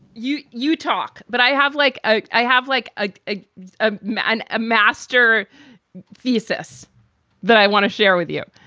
you you talk. but i have like i i have like ah ah a man, a master thesis that i want to share with you.